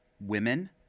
women